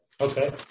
Okay